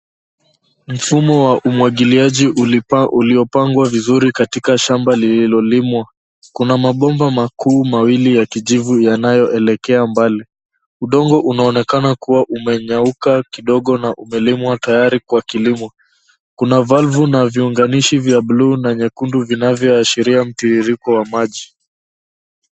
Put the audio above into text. Mfumo wa umwagiliaji uliopangwa vizuri katika shamba lililolimwa. Kuna mabomba makuu mawili ya kijivu yanayoelekea mbali. Udongo unaonekana kuwa umenyauka kidogo na umelimwa tayari kwa kilimo. Kuna valvu na viunganishi vya bluu na nyekundu vinavyoashiria mtiririko wa maji.